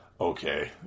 Okay